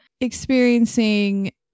experiencing